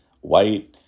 white